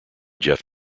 jeff